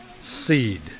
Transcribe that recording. seed